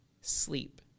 sleep